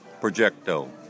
Projecto